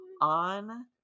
on